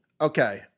Okay